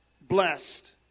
blessed